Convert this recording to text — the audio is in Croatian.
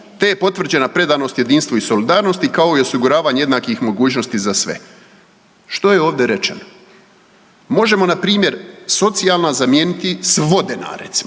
te je potvrđena predanost jedinstvu i solidarnosti, kao i osiguravanje jednakih mogućnosti za sve. Što je ovdje rečeno? Možemo npr. socijalna zamijeniti s vodena recimo,